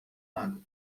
lago